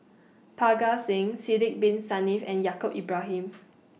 Parga Singh Sidek Bin Saniff and Yaacob Ibrahim